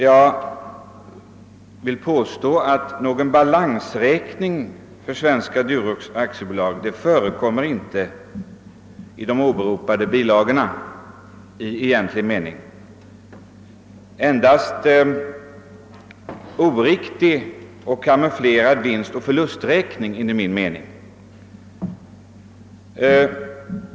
Jag vill påstå att någon balansräkning för Svenska Durox AB i egentlig mening inte finns i de åberopade bilagorna, det finns enligt min mening endast en oriktig och kamouflerad eller om man så vill ofullständig vinstoch förlusträkning.